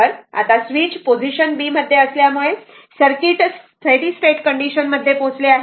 तर आता switch position b मध्ये असल्यामुळे सर्किट स्टेडी स्टेट कंडिशन मध्ये पोहोचले आहे